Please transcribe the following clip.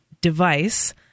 device